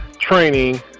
training